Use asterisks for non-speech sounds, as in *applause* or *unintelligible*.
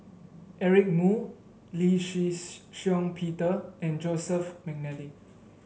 Eric Moo Lee Shih *unintelligible* Shiong Peter and Joseph McNally